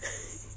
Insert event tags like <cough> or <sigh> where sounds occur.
<noise>